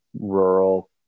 rural